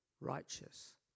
righteous